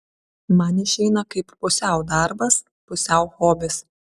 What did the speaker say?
man išeina kaip pusiau darbas pusiau hobis